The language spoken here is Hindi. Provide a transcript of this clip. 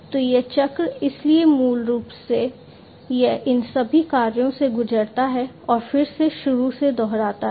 तो यह चक्र इसलिए मूल रूप से यह इन सभी कार्यों से गुजरता है और फिर से शुरू से दोहराता है